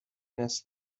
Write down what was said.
نسل